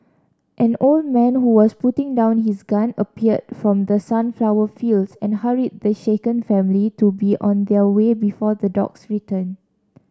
an old man who was putting down his gun appeared from the sunflower fields and hurried the shaken family to be on their way before the dogs return